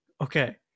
okay